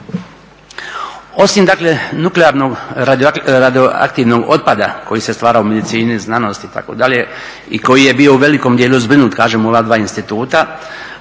Osim dakle nuklearnog radioaktivnog otpada koji se stvara u medicini, znanosti itd. i koji je bio u velikom dijelu zbrinut kažem u ova dva instituta,